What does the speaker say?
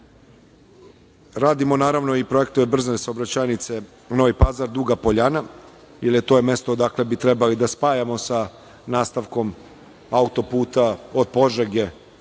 naravno, i projektujemo brze saobraćajnice Novi Pazar-Duga Poljana, jer je to mesto odakle bi trebali da spajamo sa nastavkom auto-puta od Požege